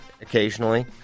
occasionally